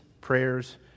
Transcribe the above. prayers